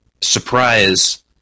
surprise